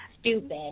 stupid